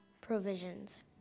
provisions